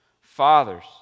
Fathers